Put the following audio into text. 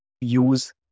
use